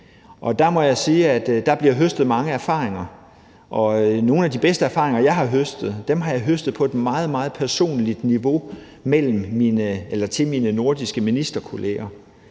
der bliver høstet mange erfaringer, og nogle af de bedste erfaringer, jeg har høstet, har jeg høstet på et meget, meget personligt niveau i forhold til mine nordiske ministerkollegaer.